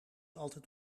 altijd